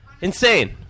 Insane